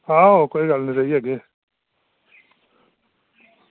आओ कोई गल्ल लेई जाह्गे